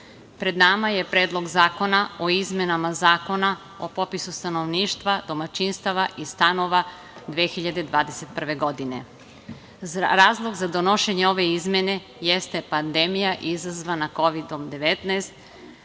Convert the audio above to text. pred nama je Predlog zakona o izmenama Zakona o popisu stanovništva, domaćinstava i stanova 2021. godine. Razlog za donošenje izmene jeste pandemija izazvana Kovidom